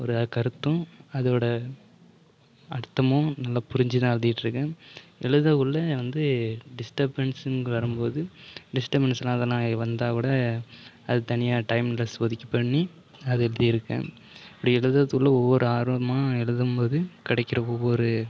ஒரு கருத்தும் அதோடய அர்த்தமும் நல்லா புரிஞ்சு தான் எழுதிட்ருக்கேன் எழுதக்குள்ளே வந்து டிஸ்டர்பன்ஸுங்கிற வரும்போது டிஸ்டர்பனுஸுலாம் அதல்லாம் வந்தாக்கூட அது தனியாக டைம் லெஸ் ஒதுக்கிப் பண்ணி அது எழுதியிருக்கேன் இப்படி எழுதுறதுக்குள்ளே ஒவ்வொரு ஆர்வமாக எழுதும்போது கிடைக்கிற ஒவ்வொரு